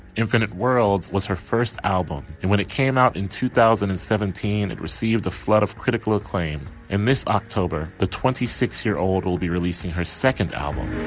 infinite worlds was her first album and when it came out in two thousand and seventeen it received a flood of critical acclaim and this october. the twenty six year old will be releasing her second album.